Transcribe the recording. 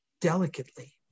delicately